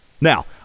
Now